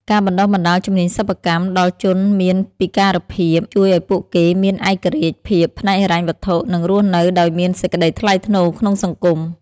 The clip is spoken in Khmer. ការបណ្ដុះបណ្ដាលជំនាញសិប្បកម្មដល់ជនមានពិការភាព ជួយឱ្យពួកគេមានឯករាជ្យភាពផ្នែកហិរញ្ញវត្ថុ និងរស់នៅដោយមានសេចក្ដីថ្លៃថ្នូរក្នុងសង្គម។